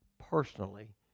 personally